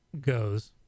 goes